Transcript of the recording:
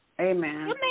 Amen